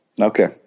Okay